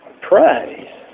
pray